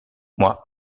moi